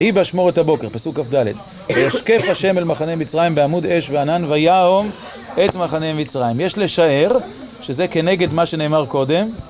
ויהי באשמורת הבוקר, פסוק כד. וישקף השם אל מחנה מצרים בעמוד אש וענן ויהום את מחנה מצרים. יש לשער, שזה כנגד מה שנאמר קודם,